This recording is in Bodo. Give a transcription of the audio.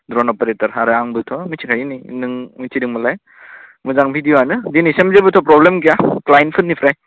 ड्र'न अपारेट'र आरो आंबोथ' मिथिखायो नों मिथिदोंबालाय मोजां भिडिय'आनो दिनैसिम जेबोथ' प्रब्लेम गैया क्लाइन्टफोरनिफ्राय